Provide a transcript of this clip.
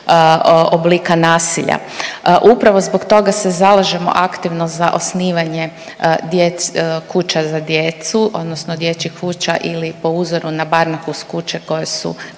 oblika nasilja. Upravo zbog toga se zalažemo aktivno za osnivanje kuća za djecu odnosno dječjih kuća ili uzoru na Barnikus kuće su, koje